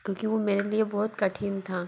क्योंकि वो मेरे लिए बहुत कठिन था